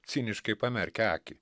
ciniškai pamerkia akį